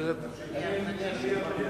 השר איתן ישיב על כך.